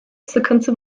sıkıntı